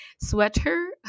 Sweater